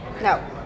No